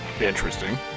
Interesting